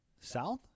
South